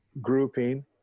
grouping